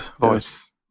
voice